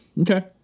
Okay